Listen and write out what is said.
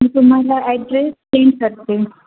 मी तुम्हाला address send करते